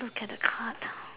look at the card